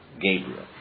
Gabriel